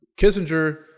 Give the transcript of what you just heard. Kissinger